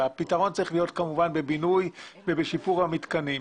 והפתרון צריך להיות כמובן בבינוי ובשיפור המתקנים.